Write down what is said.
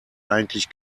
eigentlich